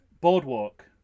Boardwalk